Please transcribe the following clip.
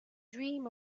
dream